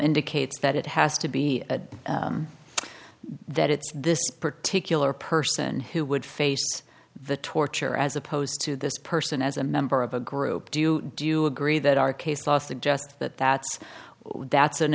indicates that it has to be a that it's this particular person who would face the torture as opposed to this person as a member of a group do you do you agree that our case law suggests that that's that's an